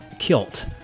kilt